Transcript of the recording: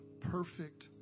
perfect